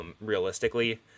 realistically